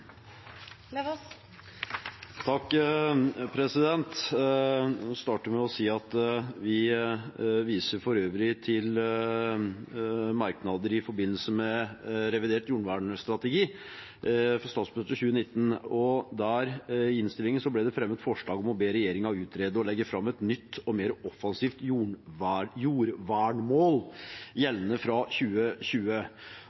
Jeg vil starte med å si at vi for øvrig viser til merknader i forbindelse med revidert jordvernstrategi for statsbudsjettet 2019. I innstillingen ble det fremmet forslag om å be regjeringen utrede og legge fram et nytt og mer offensivt jordvernmål